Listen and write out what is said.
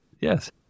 Yes